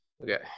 Okay